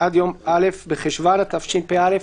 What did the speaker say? עד יום א' בחשוון התשפ"א,